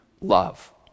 love